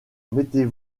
mettez